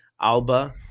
alba